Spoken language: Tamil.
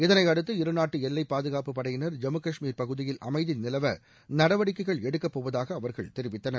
இதனைபடுத்து இருநாட்டு எல்லைப்பாதுகாப்பு படையினர் ஜம்மு கஷ்மீர் பகுதியில் அமைதி நிலவ நடவடிக்கைகள் எடுக்கப்போவதாக அவர்கள் தெரிவித்துள்ளனர்